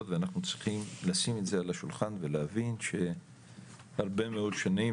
ואנחנו צריכים לשים את זה על השולחן ולהבין שהרבה מאוד שנים,